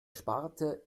sparte